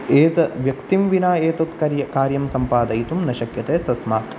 एत व्यक्तिं विना एतत् कर्य् कार्यं सम्पादयितुं न शक्यते तस्मात्